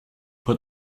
put